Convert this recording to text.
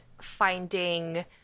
finding